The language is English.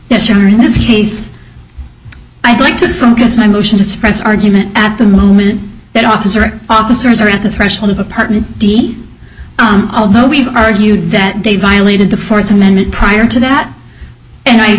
year in this case i'd like to focus my motion to suppress argument at the moon that officer officers are at the threshold of apartment d although we argued that they violated the fourth amendment prior to that and